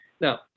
now